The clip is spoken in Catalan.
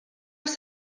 els